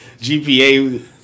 GPA